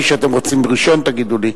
מי שאתם רוצים ראשון, תגידו לי.